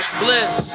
bliss